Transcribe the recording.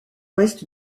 ouest